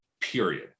period